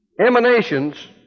emanations